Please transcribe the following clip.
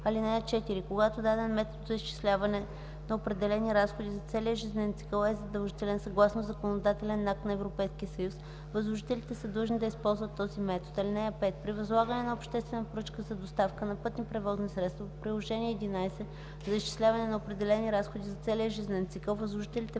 съюз. (4) Когато даден метод за изчисляване на определени разходи за целия жизнен цикъл е задължителен съгласно законодателен акт на Европейския съюз, възложителите са длъжни да използват този метод. (5) При възлагане на обществена поръчка за доставка на пътни превозни средства по Приложение № 11 за изчисляване на определени разходи за целия жизнен цикъл възложителите